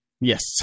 Yes